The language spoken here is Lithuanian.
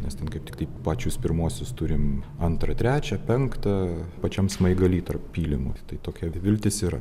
nes ten kaip tiktai pačius pirmuosius turim antrą trečią penktą pačiam smaigalį tarp pylimų tai tokia viltis yra